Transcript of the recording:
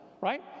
right